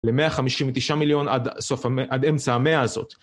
ל-159 מיליון עד אמצע המאה הזאת.